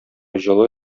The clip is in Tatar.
җылы